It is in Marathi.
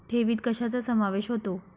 ठेवीत कशाचा समावेश होतो?